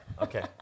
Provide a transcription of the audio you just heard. Okay